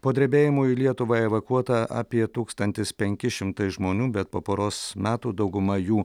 po drebėjimų į lietuvą evakuota apie tūkstantis penki šimtai žmonių bet po poros metų dauguma jų